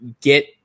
get